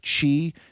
chi